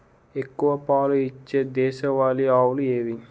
ఎక్కువ పాలు ఇచ్చే దేశవాళీ ఆవులు ఏవి?